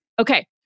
Okay